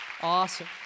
Awesome